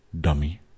dummy